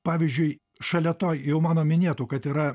pavyzdžiui šalia to jau mano minėtų kad yra